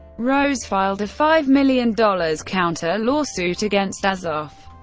rose filed a five million dollars counter-lawsuit against azoff,